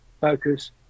focus